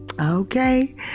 Okay